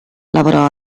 lavorò